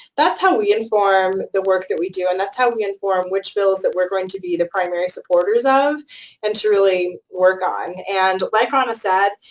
that's how we inform the work that we do, and that's how we inform which bills that we're going to be the primary supporters of and to really work on. and like raana said,